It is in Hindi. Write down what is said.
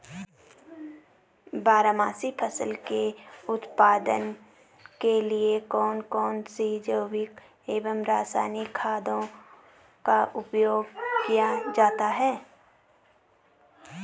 बारहमासी फसलों के उत्पादन के लिए कौन कौन से जैविक एवं रासायनिक खादों का प्रयोग किया जाता है?